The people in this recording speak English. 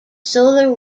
solar